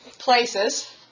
Places